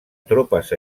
tropes